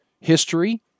history